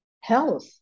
health